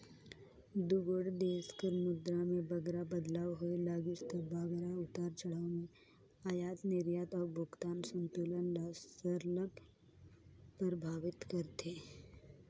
दुगोट देस कर मुद्रा में बगरा बदलाव होए लगिस ता बगरा उतार चढ़ाव में अयात निरयात अउ भुगतान संतुलन ल सरलग परभावित करथे